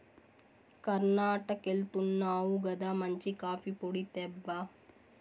కర్ణాటకెళ్తున్నావు గదా మంచి కాఫీ పొడి తేబ్బా